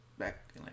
back